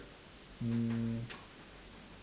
um